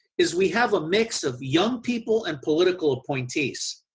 is we have a mix of young people and political appointees,